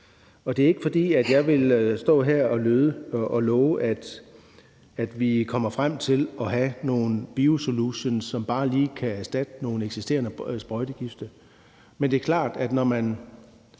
og det er ikke, fordi jeg vil stå her og love, at vi kommer frem til at have nogle biosolutions, som bare lige kan erstatte nogle eksisterende sprøjtegifte, men det er klart, at når man